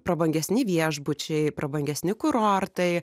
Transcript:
prabangesni viešbučiai prabangesni kurortai